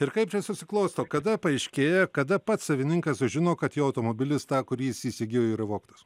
ir kaip čia susiklosto kada paaiškėja kada pats savininkas sužino kad jo automobilis tą kurį jis įsigijo yra vogtas